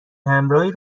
همراهی